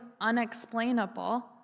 unexplainable